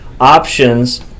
options